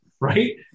right